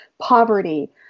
poverty